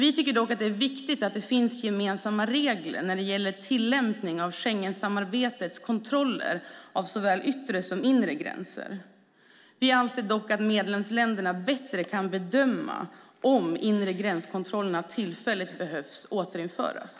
Vi tycker att det är viktigt att det finns gemensamma regler när det gäller tillämpning av Schengensamarbetets kontroller av såväl yttre som inre gränser. Vi anser dock att medlemsländerna bättre kan bedöma om inre gränskontroller tillfälligt behöver återinföras.